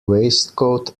waistcoat